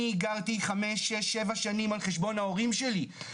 אני גרתי חמש שש שבע שנים על חשבון ההורים שלי,